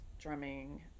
drumming